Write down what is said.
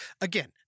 Again